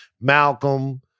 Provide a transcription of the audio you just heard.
Malcolm